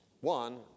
one